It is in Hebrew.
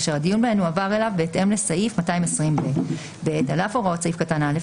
אשר הדיון בהן הועבר אליו בהתאם לסעיף 220ב. על אף הוראות סעיף קטן (א),